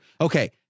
Okay